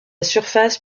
surface